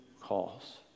calls